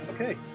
Okay